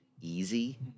easy